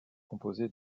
composé